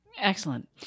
Excellent